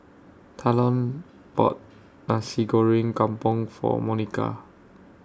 Talon bought Nasi Goreng Kampung For Monika